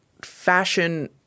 fashion